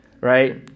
Right